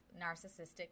narcissistic